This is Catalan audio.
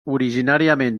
originàriament